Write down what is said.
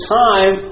time